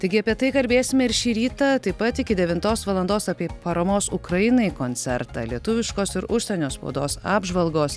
taigi apie tai kalbėsime ir šį rytą taip pat iki devintos valandos apie paramos ukrainai koncertą lietuviškos ir užsienio spaudos apžvalgos